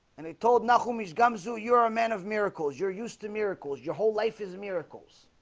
and they told now homies gumshoe. you are a man of miracles you're used to miracles your whole life is miracles